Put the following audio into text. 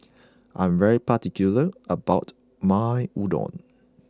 I am particular about my Udon